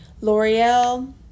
L'Oreal